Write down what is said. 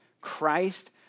Christ